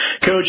Coach